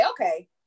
okay